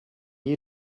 you